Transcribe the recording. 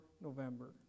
November